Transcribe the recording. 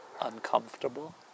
uncomfortable